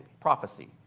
prophecy